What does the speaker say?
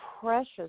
precious